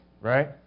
right